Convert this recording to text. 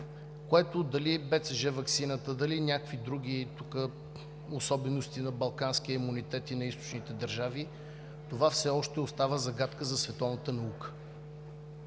което – дали БЦЖ ваксината, дали някакви други особености на балканския имунитет и на източните държави, това все още остава загадка за световната наука.